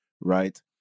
right